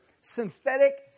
synthetic